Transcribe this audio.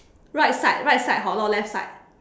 right side right side hor not left side